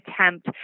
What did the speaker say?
attempt